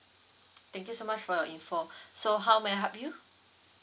thank you so much for your info so how may I help you